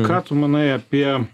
ką tu manai apie